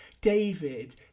David